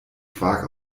quark